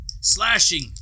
slashing